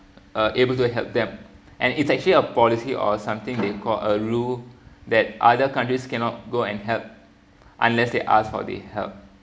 uh able to help them and it's actually a policy or something they called a rule that other countries cannot go and help unless they ask for the help